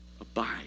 Abide